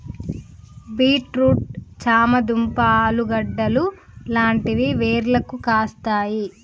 beet root చామ దుంప ఆలుగడ్డలు లాంటివి వేర్లకు కాస్తాయి